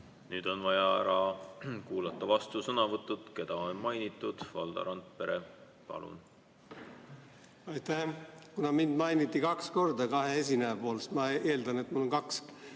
Nüüd on vaja ära kuulata nende vastusõnavõtud, keda on mainitud. Valdo Randpere, palun! Kuna mind mainiti kaks korda kahe esineja poolt, siis ma eeldan, et mul on kaks